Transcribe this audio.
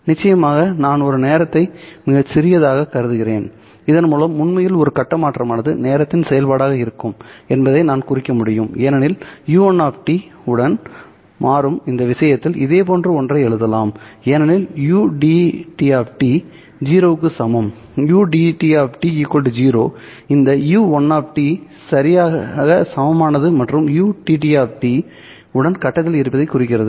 நிச்சயமாக நான் ஒரு நேரத்தை மிகச் சிறியதாகக் கருதுகிறேன் இதன்மூலம் உண்மையில் இந்த கட்ட மாற்றமானது நேரத்தின் செயல்பாடாக இருக்கும் என்பதை நான் குறிக்க முடியும் ஏனெனில் u1 உடன் மாறும் இந்த விஷயத்திலும் இதேபோன்ற ஒன்றை எழுதலாம் ஏனெனில் ud 0 க்கு சமம் ud 0 இந்த u1 சரியாக சமமானது மற்றும் ut உடன் கட்டத்தில் இருப்பதைக் குறிக்கிறது